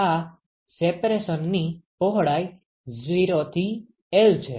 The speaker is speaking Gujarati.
અને આ સેપરેસનની પહોળાઈ 0 થી L છે